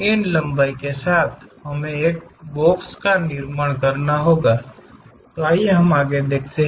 इन लंबाई के साथ हमें एक बॉक्स का निर्माण करना है तो हम देखते हैं